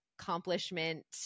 accomplishment